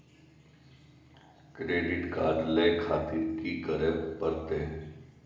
Credit card ले खातिर की करें परतें?